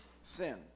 Sin